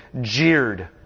jeered